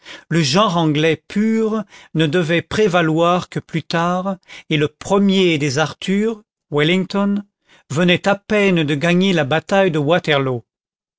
le genre anglais pur ne devait prévaloir que plus tard et le premier des arthurs wellington venait à peine de gagner la bataille de waterloo